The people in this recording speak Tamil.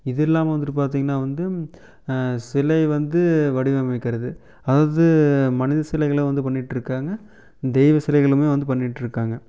இது இல்லாமல் வந்துவிட்டு பார்த்தீங்கன்னா வந்து சிலை வந்து வடிவமைக்கிறது அதாவது மனித சிலைகளும் வந்து பண்ணிட்டுருக்காங்க தெய்வ சிலைகளுமே வந்து பண்ணிட்டுருக்காங்க